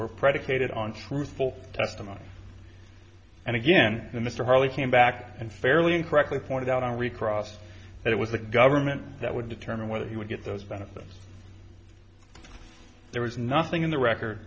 were predicated on truthful testimony and again the mr harley came back and fairly incorrectly pointed out on recross that it was the government that would determine whether he would get those benefits there was nothing in the record